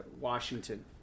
Washington